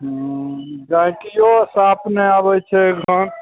हूँ गायकियो सँ अपने आबय छै घर